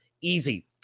easy